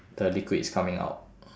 the liquid is coming out